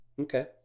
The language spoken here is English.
Okay